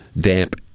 damp